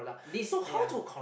this !aiya!